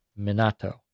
Minato